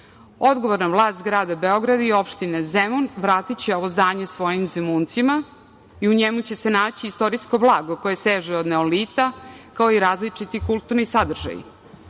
tapeti. Odgovorna vlast grada Beograda i opštine Zemun vratiće ovo zdanje svojim Zemuncima i u njemu će se naći istorijsko blago koje seže od neolita, kao i različiti kulturni sadržaji. Pored